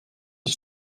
die